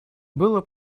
было